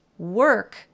work